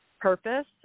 purpose